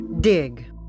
Dig